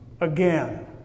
Again